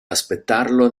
aspettarlo